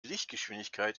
lichtgeschwindigkeit